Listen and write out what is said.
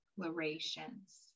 Declarations